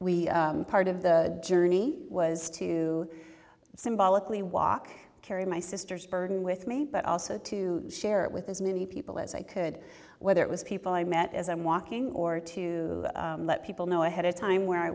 we part of the journey was to symbolically walk carry my sister's burden with me but also to share it with as many people as i could whether it was people i met as i'm walking or to let people know ahead of time where i